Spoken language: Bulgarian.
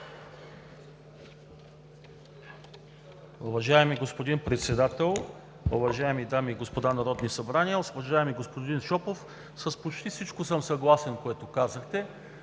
Уважаеми господин Председател, уважаеми дами и господа народни представители! Уважаеми господин Шопов, с почти всичко, което казахте,